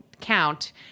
count